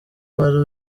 wari